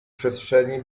przestrzeni